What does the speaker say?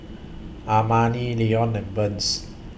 Amani Lenon and Burns